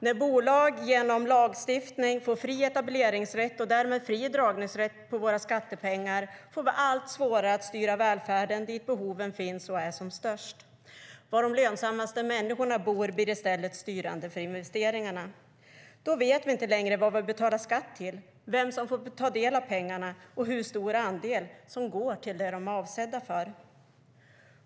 När bolag genom lagstiftning får fri etableringsrätt och därmed fri dragningsrätt på våra skattepengar får vi allt svårare att styra välfärden dit där behoven finns och är som störst. Var de lönsammaste människorna bor blir i stället styrande för investeringarna. Då vet vi inte längre vad vi betalar skatt till, vem som får ta del av pengarna och hur stor andel som går till det de är avsedda för.